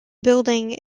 building